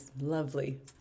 lovely